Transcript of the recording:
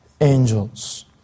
angels